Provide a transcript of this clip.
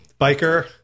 biker